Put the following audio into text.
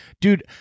Dude